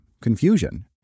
confusion